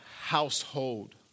household